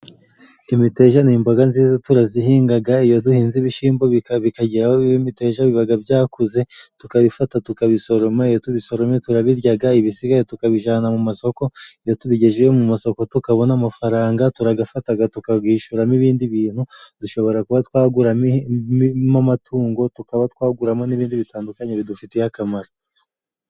Imiteja ni imboga nziza turazihingaga, iyo duhinze ibishimbo bikagera aho biba imiteja bibaga byakuze tukabifata tukabisoroma, iyo tubisoromye turabiryaga ibisigaye tukabijana mu masoko, iyo tubigejeje mu masoka tukabona amafaranga, turagafataga tukagishuramo ibindi bintu. Dushobora kuba twaguramo amatungo, tukaba twaguramo n'ibindi bitandukanye bidufitiye akamaro.